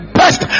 best